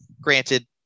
Granted